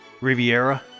Riviera